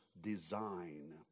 design